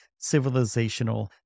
civilizational